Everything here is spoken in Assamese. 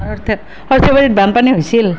সৰ্থেবাৰীত বানপানী হৈছিল